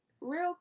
real